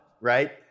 right